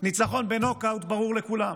ניצחון בנוק-אאוט ברור לכולם,